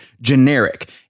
generic